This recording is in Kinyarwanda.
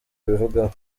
abivugaho